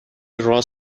راس